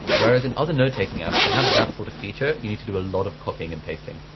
whereas in other note taking apps to have that sort of feature, you need to do a lot of copying and pasting.